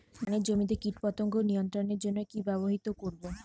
ধানের জমিতে কীটপতঙ্গ নিয়ন্ত্রণের জন্য কি ব্যবহৃত করব?